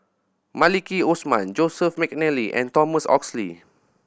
Maliki Osman Joseph McNally and Thomas Oxley